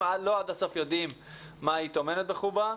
לא עד הסוף יודעים מה היא טומנת בחובה.